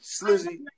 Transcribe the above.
Slizzy